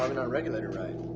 um not regulated right.